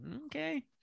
okay